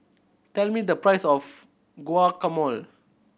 tell me the price of Guacamole